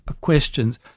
questions